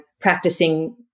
practicing